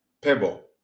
pebble